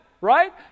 right